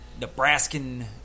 Nebraskan